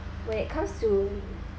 when it comes to